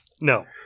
No